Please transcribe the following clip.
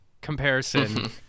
Comparison